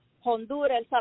Honduras